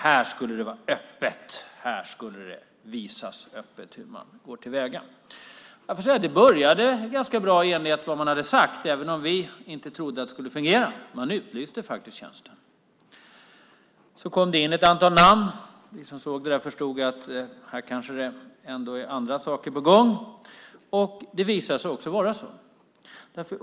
Här skulle det vara öppet. Här skulle det visas öppet hur man går till väga. Jag får säga att det började ganska bra och i enlighet med vad man hade sagt. Vi trodde inte att det skulle fungera, men man utlyste faktiskt tjänsten. Det kom in ett antal namn. Vi som såg det där förstod att här var kanske ändå andra saker på gång. Det visade sig också vara så.